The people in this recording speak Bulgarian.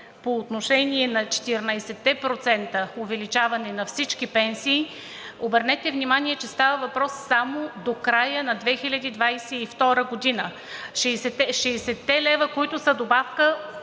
по отношение на 14-те процента увеличаване на всички пенсии, обърнете внимание, че става въпрос само до края на 2022 г. Шестдесетте лева, които са добавка,